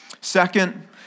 Second